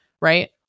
right